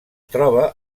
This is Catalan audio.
troba